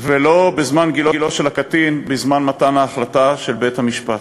ולא לפי גילו בזמן מתן ההחלטה של בית-המשפט.